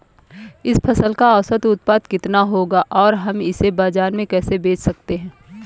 इस फसल का औसत उत्पादन कितना होगा और हम इसे बाजार में कैसे बेच सकते हैं?